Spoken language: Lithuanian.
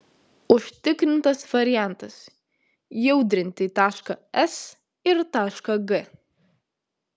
užtikrintas variantas jaudrinti tašką s ir tašką g